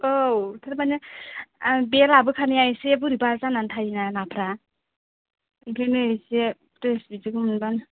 आव थारमाने बे लाबोखानाया एसे बोरैबा जानानै थायोना नाफ्रा बेखायनो एसे फ्रेस बेबायदिखौ मोनबा